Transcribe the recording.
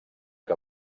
que